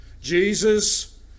Jesus